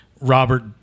Robert